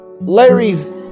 Larry's